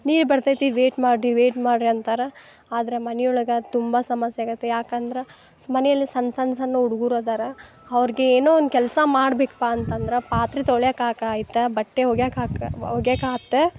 ನೀರು ಬರ್ತೈತಿ ವೈಟ್ ಮಾಡ್ರಿ ವೈಟ್ ಮಾಡ್ರಿ ಅಂತಾರೆ ಆದ್ರೆ ಮನೆ ಒಳಗೆ ತುಂಬ ಸಮಸ್ಯೆಯಾಗೈತಿ ಯಾಕಂದ್ರೆ ಮನೆಯಲ್ಲಿ ಸಣ್ಣ ಸಣ್ಣ ಸಣ್ಣ ಹುಡುಗ್ರು ಅದಾರ ಅವ್ರ್ಗೆ ಏನೋ ಒಂದು ಕೆಲಸ ಮಾಡ್ಬೇಕಪ್ಪ ಅಂತಂದ್ರೆ ಪಾತ್ರೆ ತೊಳೆಯಾಕೆ ಹಾಕಾಯ್ತ ಬಟ್ಟೆ ಒಗೆಯಾಕೆ ಹಾಕಾ ಒಗೆಯಕ್ಕೆ ಹಾಕಿದೆ